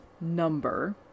number